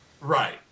Right